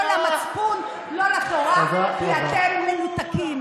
לא למצפון, לא לתורה, כי אתם מנותקים.